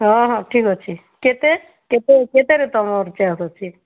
ହଁ ହଁ ଠିକ୍ ଅଛି କେତେ କେତେ କେତେରେ ତୁମର୍ ଚଏସ୍ ଅଛି